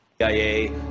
CIA